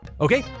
okay